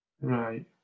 Right